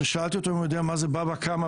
כששאלתי אותו אם הוא יודע מה זה בבא קמא,